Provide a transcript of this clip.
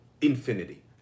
infinity